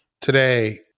today